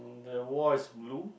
the wall is blue